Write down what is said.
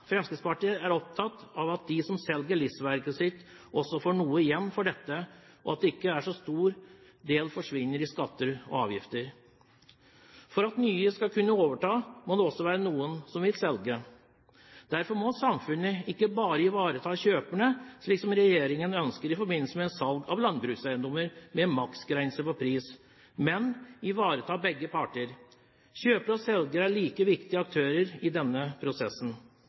Fremskrittspartiet er opptatt av at de som selger livsverket sitt, også får noe igjen for dette, og at ikke så stor del forsvinner i skatter og avgifter. For at nye skal kunne overta, må det også være noen som vil selge. Derfor må samfunnet ikke bare ivareta kjøperne, slik som regjeringen ønsker, i forbindelse med salg av landbrukseiendommer med maksgrense på pris, men ivareta begge parter. Kjøper og selger er like viktige aktører i denne prosessen.